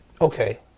Okay